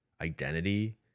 identity